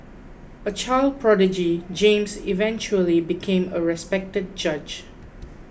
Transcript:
a child prodigy James eventually became a respected judge